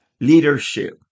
leadership